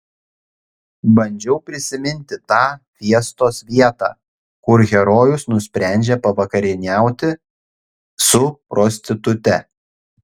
bandžiau prisiminti tą fiestos vietą kur herojus nusprendžia pavakarieniauti su prostitute